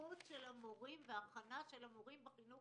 היערכות של המורים והכנה של המורים בחינוך